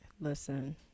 Listen